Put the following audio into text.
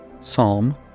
Psalm